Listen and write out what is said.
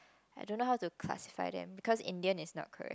I don't know how to classify them because Indian is not correct